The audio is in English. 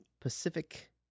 Pacific